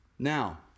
Now